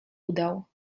udał